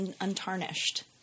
untarnished